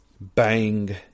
bang